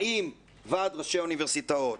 האם ועד ראשי האוניברסיטאות